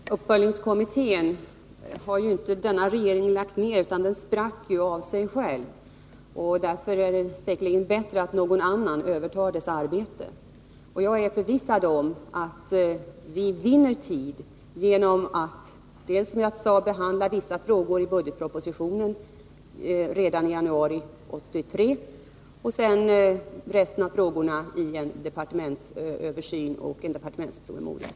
Herr talman! Uppföljningskommittén har inte denna regering lagt ned, utan den sprack av sig själv. Därför är det säkert bättre att någon annan övertar dess arbete. Jag är förvissad om att vi vinner tid genom att, som jag sade, behandla vissa frågor i budgetpropositionen redan i januari 1983 och sedan resten av frågorna i samband med en departementsöversyn och en departementspromemoria.